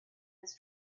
his